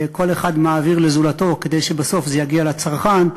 וכל אחד מעביר לזולתו כדי שבסוף זה יגיע לצרכן,